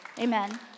Amen